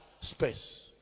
Space